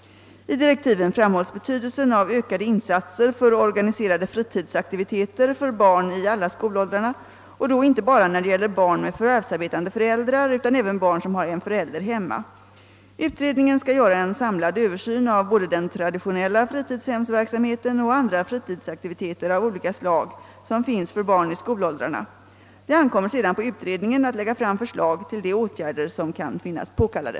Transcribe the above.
I direktiven framhålls betydelsen av ökade insatser för organiserade fritidsaktiviteter för barn i alla skolåldrar, inte bara för barn med förvärvsarbetande föräldrar utan även för barn som har en förälder hemma. Utredningen skall göra en samlad översyn av både den traditionella fritidshemsverksamheten och andra fritidsaktiviteter av olika slag som finns för barn i skolåldrarna. Det ankommer sedan på utredningen att lägga fram förslag till de åtgärder som kan finnas påkallade.